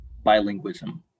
bilingualism